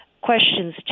questions